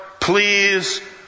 please